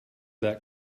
that